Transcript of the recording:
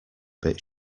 bit